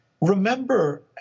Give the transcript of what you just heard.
Remember